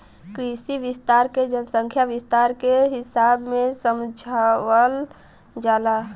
कृषि विस्तार के जनसंख्या विस्तार के हिसाब से समझावल जाला